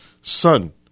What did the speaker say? son